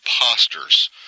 imposters